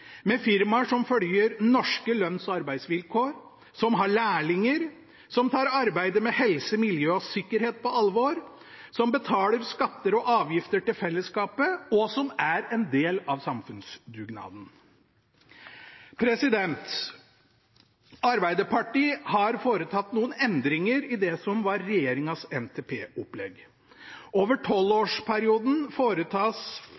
med firmaer som følger norske lønns- og arbeidsvilkår, som har lærlinger, som tar arbeidet med helse, miljø og sikkerhet på alvor, som betaler skatter og avgifter til fellesskapet, og som er en del av samfunnsdugnaden. Arbeiderpartiet har foretatt noen endringer i det som var regjeringens NTP-opplegg. Over